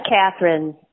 Catherine